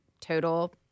total